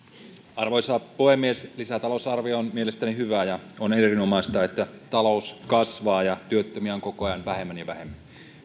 arvoisa puhemies lisätalousarvio on mielestäni hyvä ja on erinomaista että talous kasvaa ja työttömiä on koko ajan vähemmän ja vähemmän